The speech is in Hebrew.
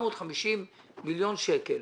יש 450 מיליון שקלים